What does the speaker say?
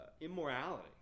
immorality